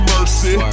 Mercy